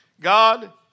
God